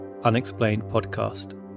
unexplainedpodcast